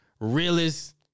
realest